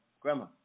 grandma